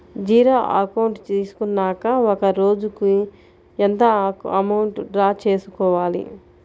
Zero account తీసుకున్నాక ఒక రోజుకి ఎంత అమౌంట్ డ్రా చేసుకోవాలి?